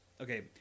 okay